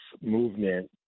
movement